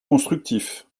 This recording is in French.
constructif